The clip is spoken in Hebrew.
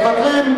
מוותר.